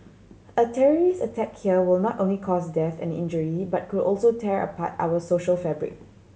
a terrorist attack here will not only cause death and injury but could also tear apart our social fabric